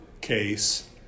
case